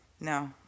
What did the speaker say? No